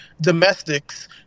domestics